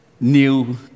new